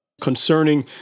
Concerning